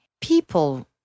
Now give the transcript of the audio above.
People